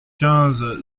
quinze